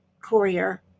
courier